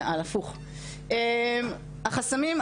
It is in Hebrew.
החסמים,